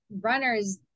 runners